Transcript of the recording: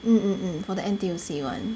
mm mm mm for the N_T_U_C [one]